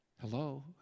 hello